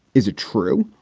is it true?